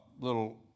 little